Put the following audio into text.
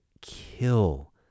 kill